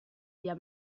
via